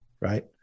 Right